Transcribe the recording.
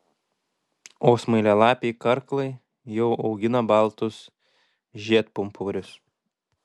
o smailialapiai karklai jau augina baltus žiedpumpurius